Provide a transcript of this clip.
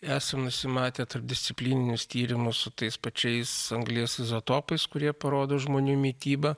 esam nusimatę tarpdisciplininius tyrimus su tais pačiais anglies izotopais kurie parodo žmonių mitybą